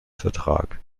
vertrag